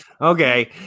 okay